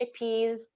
chickpeas